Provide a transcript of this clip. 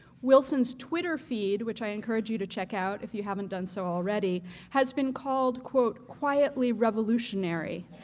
wilson's twitter feed, which i encourage you to check out if you haven't done so already has been called quietly quietly revolutionary,